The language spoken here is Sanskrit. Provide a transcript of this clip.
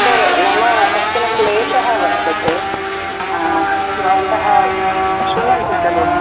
सर् मम कश्चन क्लेशः वर्तते भवन्तः शृण्वन्ति खलु